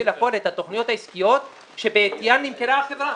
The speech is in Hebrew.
לפועל את התכניות העסקיות שבגללן נמכרה החברה.